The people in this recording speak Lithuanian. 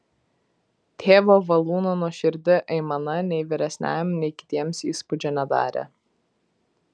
tėvo valūno nuoširdi aimana nei vyresniajam nei kitiems įspūdžio nedarė